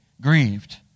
grieved